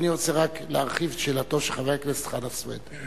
אני רוצה רק להרחיב את שאלתו של חבר הכנסת חנא סוייד.